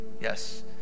Yes